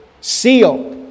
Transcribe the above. seal